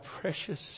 precious